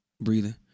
Breathing